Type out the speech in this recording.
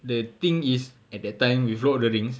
the thing is at that time with lord of the rings